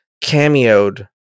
cameoed